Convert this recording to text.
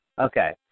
Okay